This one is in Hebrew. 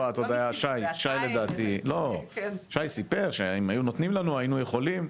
שי סיפר שאם היו נותנים להם אז הם היו יכולים,